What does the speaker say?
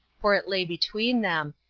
for it lay between them,